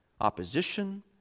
opposition